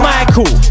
Michael